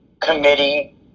committee